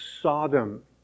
Sodom